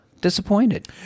disappointed